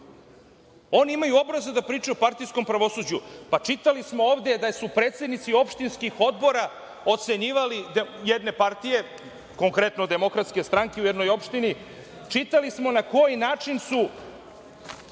Oni imaju obraza da pričaju o partijskom pravosuđu, a čitali smo ovde da su predsednici opštinskih odbora ocenjivali, jedne partije, konkretno DS u jednoj opštini, na koji način su